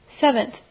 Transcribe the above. Seventh